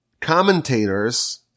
commentators